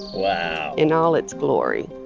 wow. in all its glory.